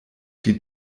die